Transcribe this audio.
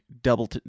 double